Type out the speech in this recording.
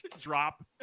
drop